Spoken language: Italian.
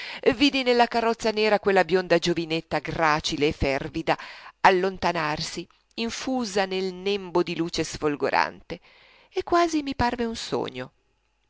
vidi nella carrozza nera quella bionda giovinetta gracile e fervida allontanarsi infusa nel nembo di luce sfolgorante e quasi mi parve un sogno